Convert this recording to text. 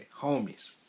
Homies